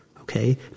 okay